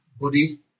buddy